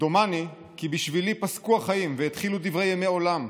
"דומני כי בשבילי פסקו החיים והתחילו דברי ימי עולם,